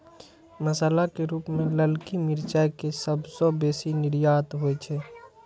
मसाला के रूप मे ललकी मिरचाइ के सबसं बेसी निर्यात होइ छै